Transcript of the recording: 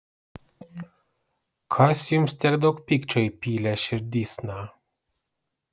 kas jums tiek daug pykčio įpylė širdysna